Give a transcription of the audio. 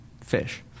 fish